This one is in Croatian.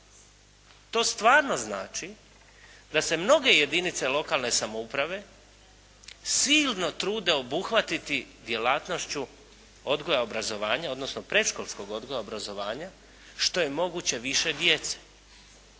To stvarno znači da se mnoge jedinice lokalne samouprave silno trude obuhvatiti djelatnošću odgoja i obrazovanja odnosno predškolskog odgoja i obrazovanja što je moguće više djece.